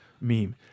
meme